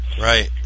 right